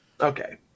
Okay